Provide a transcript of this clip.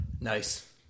Nice